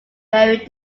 very